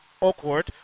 awkward